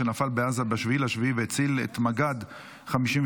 שנפל בעזה ב-7 ביולי והציל את מג"ד 52,